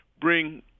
bring